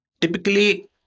typically